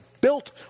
built